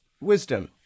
wisdom